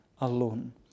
alone